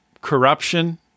corruption